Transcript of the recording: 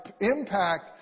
impact